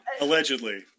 Allegedly